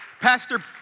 Pastor